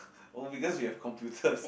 oh because we have computers